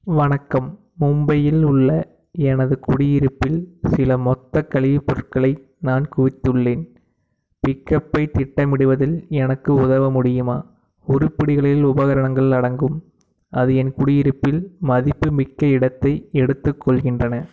வணக்கம் மும்பையில் உள்ள எனது குடியிருப்பில் சில மொத்த கழிவுப் பொருட்களை நான் குவித்துள்ளேன் பிக்கப்பைத் திட்டமிடுவதில் எனக்கு உதவ முடியுமா உருப்படிகளில் உபகரணங்கள் அடங்கும் அது என் குடியிருப்பில் மதிப்புமிக்க இடத்தை எடுத்துக்கொள்கின்றன